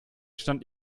stand